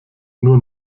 nur